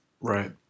Right